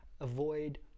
avoid